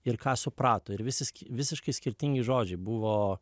ir ką suprato ir visi visiškai skirtingi žodžiai buvo